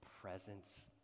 presence